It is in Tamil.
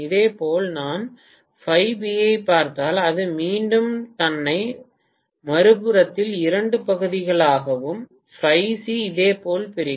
இதேபோல் நான் ஐப் பார்த்தால் அது மீண்டும் தன்னை மறுபுறத்தில் இரண்டு பகுதிகளாகவும் இதேபோல் பிரிக்கும்